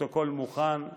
הפרוטוקול מוכן.